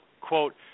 quote